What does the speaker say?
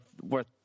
worth